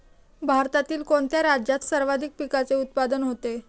भारतातील कोणत्या राज्यात सर्वाधिक पिकाचे उत्पादन होते?